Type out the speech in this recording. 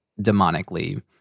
demonically